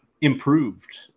improved